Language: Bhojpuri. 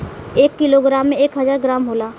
एक किलोग्राम में एक हजार ग्राम होला